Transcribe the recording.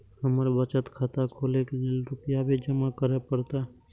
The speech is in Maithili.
हमर बचत खाता खोले के लेल रूपया भी जमा करे परते?